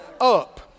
up